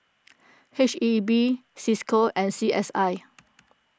H E B Cisco and C S I